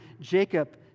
Jacob